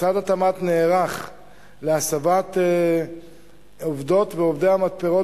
משרד התמ"ת נערך להסבת עובדות ועובדי המתפרות